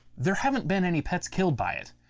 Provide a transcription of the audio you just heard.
there haven't been any pets killed by it.